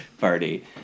party